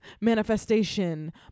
manifestation